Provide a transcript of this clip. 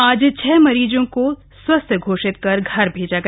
आज छह मरीजों को स्वस्थ घोषित कर घर भेजा गया